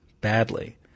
Badly